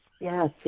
yes